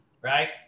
right